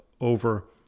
over